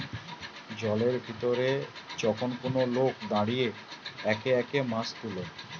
জলের ভিতরে যখন কোন লোক দাঁড়িয়ে একে একে মাছ তুলে